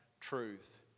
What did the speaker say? truth